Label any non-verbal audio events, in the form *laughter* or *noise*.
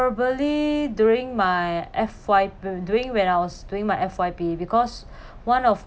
probably during my F_Y doing when I was doing my F_Y_P because *breath* one of